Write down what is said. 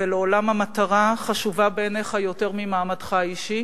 ולעולם המטרה חשובה בעיניך יותר ממעמדך האישי,